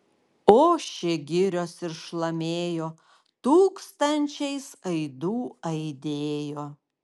ošė girios ir šlamėjo tūkstančiais aidų aidėjo